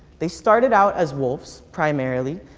they started out as wolves, primarily.